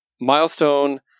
milestone